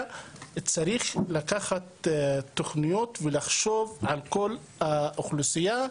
צריך לקחת תוכניות ולחשוב על כל האוכלוסייה,